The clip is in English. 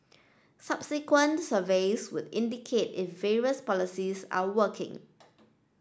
subsequent surveys would indicate if various policies are working